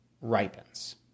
ripens